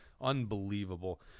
unbelievable